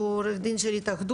שהוא עורך דין של התאחדות.